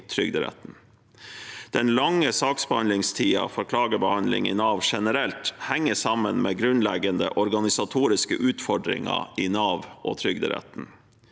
Trygderetten. Den lange saksbehandlingstiden for klagebehandling i Nav generelt henger sammen med grunnleggende organisatoriske utfordringer i Nav og Trygderetten.